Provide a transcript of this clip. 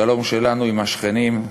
שלום שלנו עם השכנים,